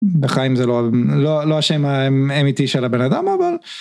בחיים זה לא השם האמיתי של הבן אדם, אבל...